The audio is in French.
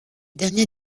dernier